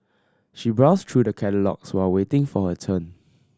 she browsed through the catalogues while waiting for her turn